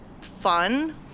fun